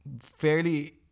fairly